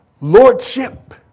lordship